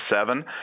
seven